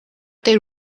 they